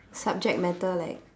subject matter like